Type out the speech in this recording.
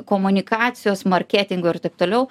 komunikacijos marketingo ir taip toliau